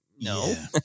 no